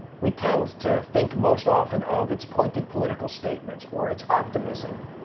we tend to think most often of its pointed political statements, or its optimism,